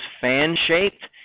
fan-shaped